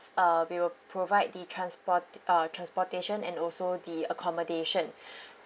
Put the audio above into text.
uh we will provide the transport uh transportation and also the accommodation